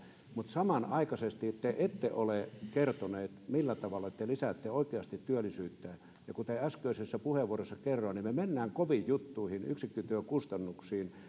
mutta samanaikaisesti te ette ole kertoneet millä tavalla te lisäätte oikeasti työllisyyttä kuten äskeisessä puheenvuorossani kerroin me menemme koviin juttuihin yksikkötyökustannuksiin